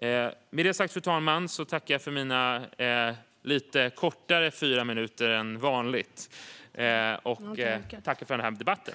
Med detta sagt, fru talman, tackar jag för mina lite kortare fyra minuter än vanligt och tackar för den här debatten.